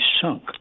sunk